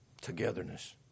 Togetherness